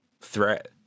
threat